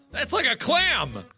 that's like a clam.